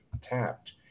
tapped